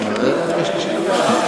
תשמרי לי על שלוש הדקות.